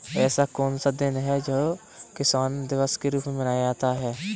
ऐसा कौन सा दिन है जो किसान दिवस के रूप में मनाया जाता है?